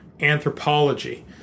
anthropology